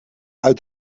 uit